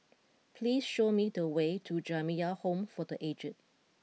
please show me the way to Jamiyah Home for the aged